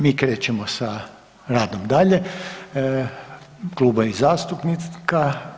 Mi krećemo sa radnom dalje kluba i zastupnika.